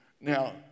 Now